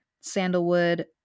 Sandalwood